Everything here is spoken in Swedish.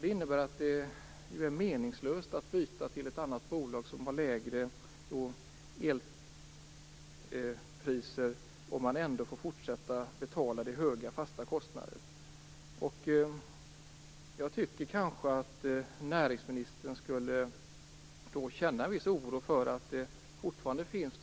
Det innebär att det blir meningslöst att byta till ett annat bolag som har lägre elpriser om man ändå får fortsätta att betala den höga fasta kostnaden. Näringsministern borde känna en viss oro över att det fortfarande finns